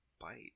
bite